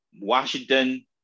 Washington